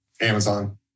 Amazon